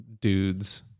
dudes